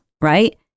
right